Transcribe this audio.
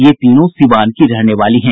ये तीनों सीवान की रहने वाली हैं